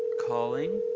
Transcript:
calling